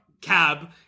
cab